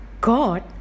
God